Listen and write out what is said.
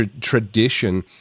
tradition